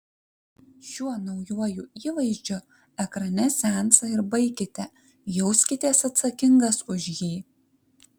šiuo naujuoju įvaizdžiu ekrane seansą ir baikite jauskitės atsakingas už jį